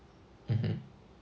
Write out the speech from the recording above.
mmhmm